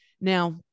Now